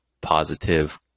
positive